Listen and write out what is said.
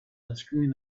unscrewing